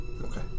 Okay